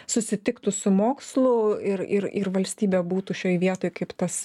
susitiktų su mokslu ir ir ir valstybė būtų šioj vietoj kaip tas